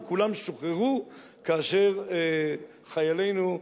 וכולם שוחררו כאשר חיילנו,